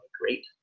great